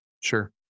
Sure